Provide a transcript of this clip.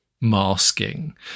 masking